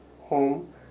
home